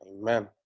Amen